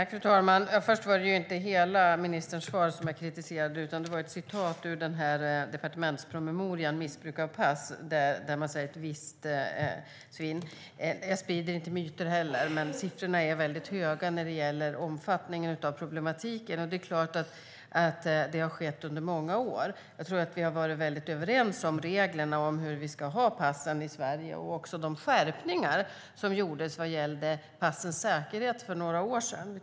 Fru talman! Jag kritiserade inte hela ministerns svar utan ett citat ur departementspromemorian Missbruk av svenska pass där det talas om ett visst svinn. Jag sprider inte heller myter. Siffrorna är höga när det gäller omfattningen av denna problematik, men det är klart att det har skett under många år. Vi har varit överens om reglerna för pass i Sverige. Vi var också överens om de skärpningar av passäkerheten som gjordes för några år sedan.